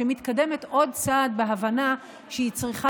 שמתקדמת עוד צעד בהבנה שהיא צריכה